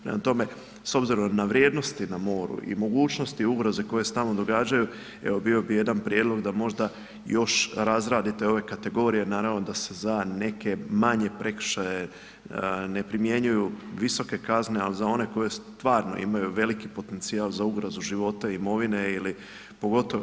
Prema tome, s obzirom na vrijednosti na moru i mogućnosti ugroze koje se stalno događaju, evo bio bi jedan prijedlog da možda još razradite ove kategorije, naravno da se za neke manje prekršaje ne primjenjuju visoke kazne ali za one koje stvarno imaju veliki potencijal za ugrozu života, imovine ili pogotovo.